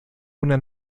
una